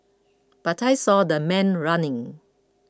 but I saw the man running